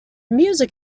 music